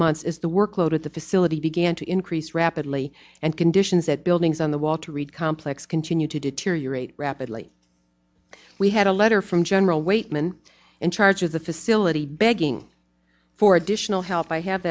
months is the workload at the facility began to increase rapidly and conditions at buildings on the walter reed complex continue to deteriorate rapidly we had a letter from general wait man in charge of the facility begging for additional help i have